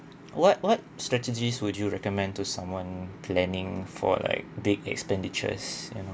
what what strategies would you recommend to someone planning for like big expenditures you know